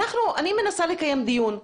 אני מנסה לקיים דיון.